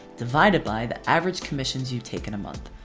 divided by the average commissions you take in a month.